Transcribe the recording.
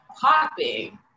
Popping